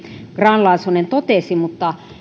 grahn laasonen totesi mutta